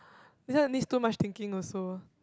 without any stool much thinking also